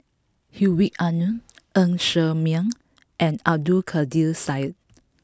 Hedwig Anuar Ng Ser Miang and Abdul Kadir Syed